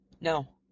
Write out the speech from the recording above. No